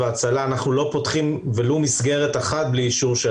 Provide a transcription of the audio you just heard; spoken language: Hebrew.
אנחנו לא פותחים ולו מסגרת אחת בלי אישור של